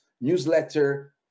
newsletter